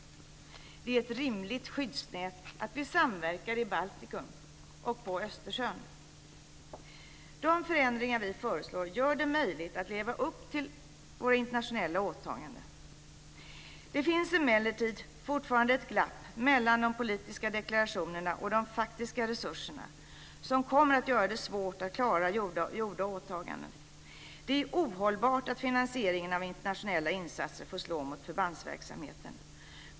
Det är ett rimligt skyddsnät att vi samverkar i Baltikum och på Östersjön. De förändringar vi föreslår gör det möjligt att leva upp till våra internationella åtaganden. Det finns emellertid fortfarande ett glapp mellan de politiska deklarationerna och de faktiska resurserna som kommer att göra det svårt att klara gjorda åtaganden. Det är ohållbart att finansieringen av internationella insatser får slå mot förbandsverksamheten.